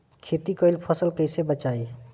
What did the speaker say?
खेती कईल फसल कैसे बचाई?